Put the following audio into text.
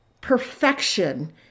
perfection